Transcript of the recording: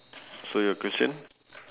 so your question